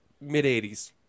mid-80s